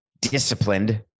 disciplined